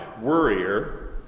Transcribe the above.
worrier